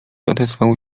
odezwał